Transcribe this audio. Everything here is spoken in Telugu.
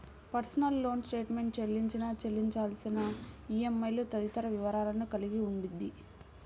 పర్సనల్ లోన్ స్టేట్మెంట్ చెల్లించిన, చెల్లించాల్సిన ఈఎంఐలు తదితర వివరాలను కలిగి ఉండిద్ది